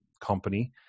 company